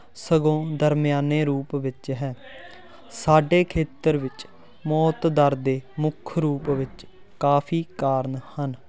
ਸਗੋਂ ਦਰਮਿਆਨੇ ਰੂਪ ਵਿੱਚ ਹੈ ਸਾਡੇ ਖੇਤਰ ਵਿੱਚ ਮੌਤ ਦਰ ਦੇ ਮੁੱਖ ਰੂਪ ਵਿੱਚ ਕਾਫੀ ਕਾਰਨ ਹਨ